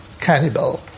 cannibal